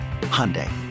Hyundai